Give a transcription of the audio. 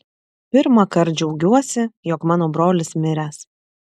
pirmąkart džiaugiuosi jog mano brolis miręs